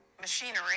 machinery